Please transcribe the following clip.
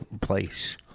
place